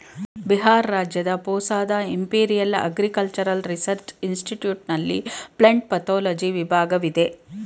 ಬಿಹಾರ್ ರಾಜ್ಯದ ಪೂಸಾದ Imperial Agricultural Research Institute ನಲ್ಲಿ ಪ್ಲಂಟ್ ಪತೋಲಜಿ ವಿಭಾಗವಿದೆ